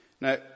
Now